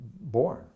born